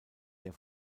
der